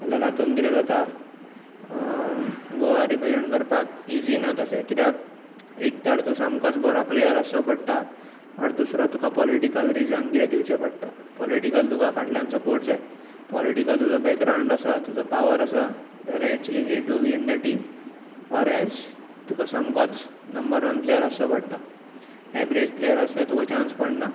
जाल्यार हातूंत कितें जाता गोवा रिप्रेसेंट करपाक इजी ना तशें कित्याक एक तर तूं सामकोच बरो प्लेयर आसचो पडटा ऑर दुसरो तुका पॉलिटीकल रिजन कितें दिवचें पडटा पॉलिटीकल तुका फाटल्यान सपोर्ट जाय पॉलिटीकल तुजो बॅकग्रावंड आसा तुजो पावर आसा जाल्यार it's easy to win the team or else तुका सामकोच नंबर वन प्लेयर आसचो पडटा एवरेज प्लेयर आसल्यार तुका चान्स पडना